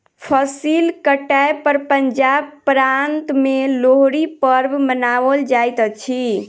फसिल कटै पर पंजाब प्रान्त में लोहड़ी पर्व मनाओल जाइत अछि